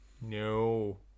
No